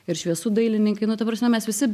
ir šviesų dailininkai nu ta prasme mes visi